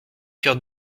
coeur